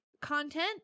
content